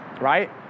right